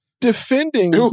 defending